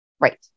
Right